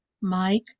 Mike